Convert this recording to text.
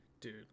Dude